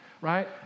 right